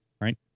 right